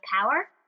power